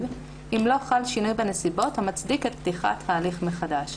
אם לא חל שינוי בנסיבות המצדיק את פתיחת ההליך מחדש".